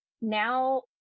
Now